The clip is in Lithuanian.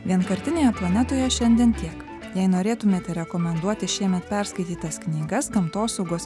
vienpartinėje planetoje šiandien tiek jei norėtumėte rekomenduoti šiemet perskaitytas knygas gamtosaugos